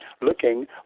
looking